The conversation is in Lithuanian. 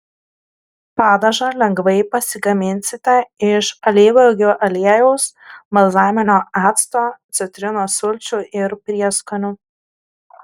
padažą lengvai pasigaminsite iš alyvuogių aliejaus balzaminio acto citrinos sulčių ir prieskonių